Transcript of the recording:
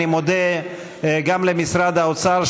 אני מודה גם למשרד האוצר,